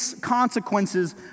consequences